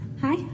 Hi